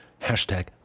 Hashtag